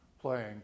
playing